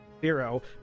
zero